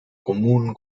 común